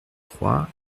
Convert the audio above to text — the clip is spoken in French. trois